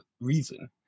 reason